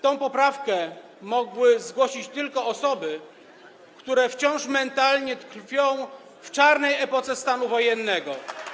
Tę poprawkę mogły zgłosić tylko osoby, które wciąż mentalnie tkwią w czarnej epoce stanu wojennego.